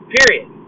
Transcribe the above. Period